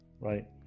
right